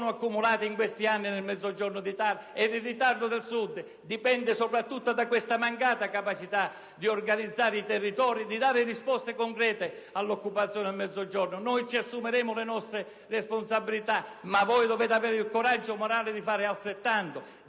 sono accumulate in questi anni nel Mezzogiorno d'Italia. Il ritardo del Sud dipende soprattutto da questa mancata capacità di organizzare i territori e di dare risposte concrete all'occupazione del Mezzogiorno. Ci assumeremo le nostre responsabilità, ma voi dovete avere il coraggio morale di fare altrettanto